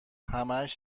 همهاش